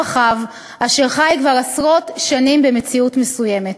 רחב אשר חי כבר עשרות שנים במציאות מסוימת,